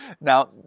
Now